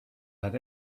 had